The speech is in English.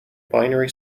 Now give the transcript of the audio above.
binary